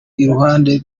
iruhande